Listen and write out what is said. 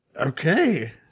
Okay